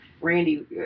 Randy